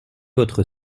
votre